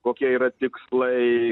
kokie yra tikslai